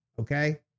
okay